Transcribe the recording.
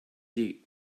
die